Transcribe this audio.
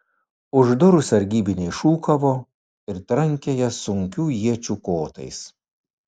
už durų sargybiniai šūkavo ir trankė jas sunkių iečių kotais